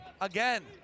again